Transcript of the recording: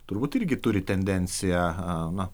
turbūt irgi turi tendenciją na